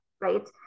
right